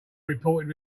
reported